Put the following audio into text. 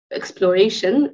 exploration